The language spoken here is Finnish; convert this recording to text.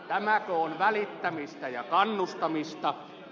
tämäkö on välittämistä ja kannustamista